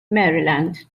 maryland